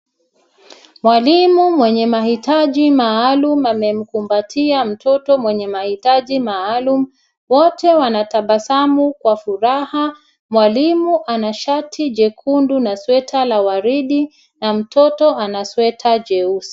Mwalimu mwenye mhitaji maalum amemkumbatia mtoto mwenye mahitaji maalum, wote wanatabasamu kwa furaha, mwalimu ana shati jekundu na sweta la waridi na mtoto ana sweta jeusi.